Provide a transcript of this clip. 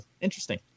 interesting